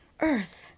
Earth